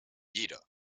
jeder